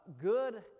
good